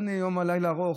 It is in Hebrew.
אין לילה ארוך,